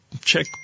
check